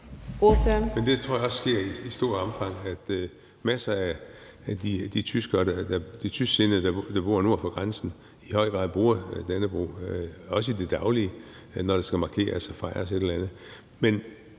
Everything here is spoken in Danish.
Det tror jeg også sker i stort omfang, altså at masser af de tysksindede, der bor nord for grænsen, i høj grad bruger Dannebrog, også i det daglige, når der skal markeres og fejres et eller andet.